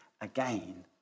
again